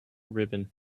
ribbon